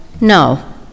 no